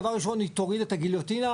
דבר ראשון היא תוריד את הגיליוטינה.